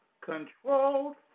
controlled